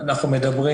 אנחנו מדברים